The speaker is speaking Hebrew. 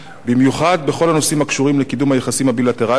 במיוחד בכל הנושאים הקשורים לקידום היחסים הבילטרליים,